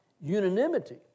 unanimity